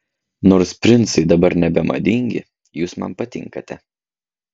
nors princai dabar nebemadingi jūs man patinkate